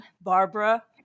Barbara